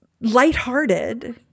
lighthearted